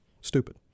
stupid